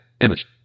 image